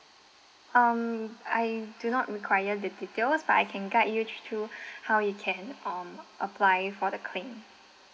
um I do not require the details but I can guide you through how you can um apply for the claim